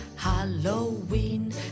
Halloween